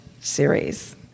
series